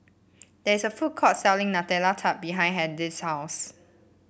there is a food court selling Nutella Tart behind Hedy's house